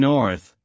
North